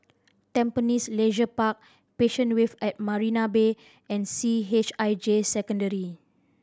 Tampines Leisure Park Passion Wave at Marina Bay and C H I J Secondary